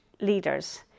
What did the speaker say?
leaders